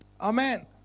Amen